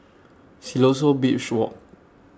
Siloso Beach Walk